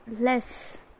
less